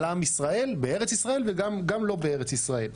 עם ישראל בארץ ישראל וגם לא בארץ ישראל.